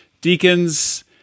deacons